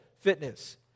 fitness